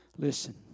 Listen